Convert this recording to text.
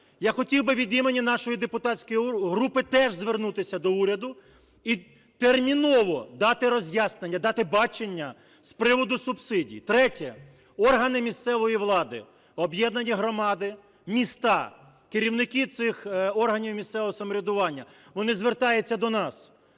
Я хотів би від імені нашої депутатської групи теж звернутися до уряду і терміново дати роз'яснення, дати бачення з приводу субсидій. Третє. Органи місцевої влади, об'єднані громади, міста, керівники цих органів місцевого самоврядування вони звертаються до нас,